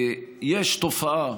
יש תופעה,